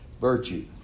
virtue